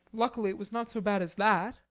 luckily it was not so bad as that.